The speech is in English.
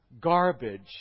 garbage